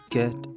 get